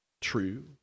true